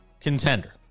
contender